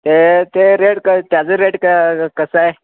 ते ते रेट क त्याचं रेट क कसं आहे